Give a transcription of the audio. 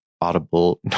audible